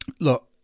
look